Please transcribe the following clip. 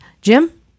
Jim